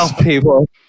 people